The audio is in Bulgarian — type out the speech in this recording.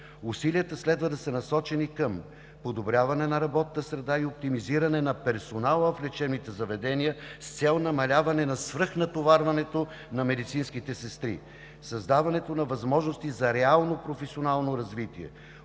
Усилията следва да са насочени към: подобряване на работната среда и оптимизиране на персонала в лечебните заведения с цел намаляване на свръхнатоварването на медицинските сестри; създаване на възможности за реално професионално развитие,